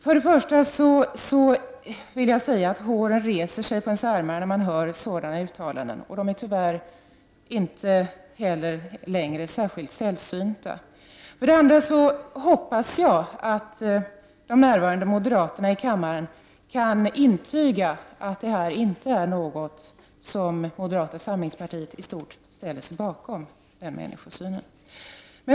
För det första vill jag säga att håren reser sig på armarna när jag hör sådana uttalanden, och tyvärr är de inte längre särskilt sällsynta. För det andra hoppas jag att närvarande moderater här i kammaren kan intyga att moderaterna i allmänhet inte har en sådan människosyn.